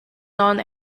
non